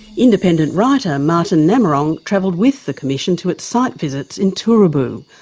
independent writer, martyn namarong travelled with the commission to its site visits in turubu.